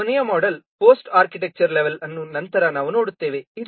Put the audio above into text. ಈಗ ಕೊನೆಯ model post architecture level ಅನ್ನು ನಂತರದ ನಾವು ನೋಡುತ್ತೇವೆ